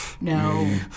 no